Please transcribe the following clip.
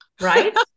right